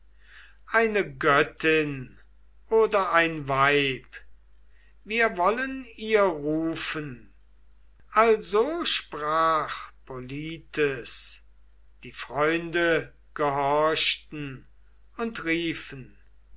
eine göttin oder ein weib wir wollen ihr rufen also sprach polites die freunde gehorchten und riefen